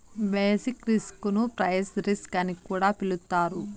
basic risk ను price risk అని కూడా పిలుత్తారు